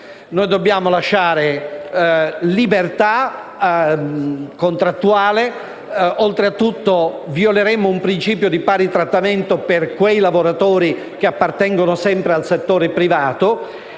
Dobbiamo lasciare libertà contrattuale, altrimenti violeremmo un principio di pari trattamento per quei lavoratori che appartengono sempre al settore privato;